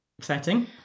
setting